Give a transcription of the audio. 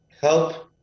help